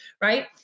right